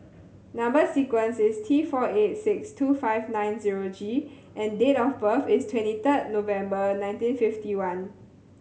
number sequence is T four eight six two five nine zero G and date of birth is twenty third November nineteen fifty one